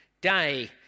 day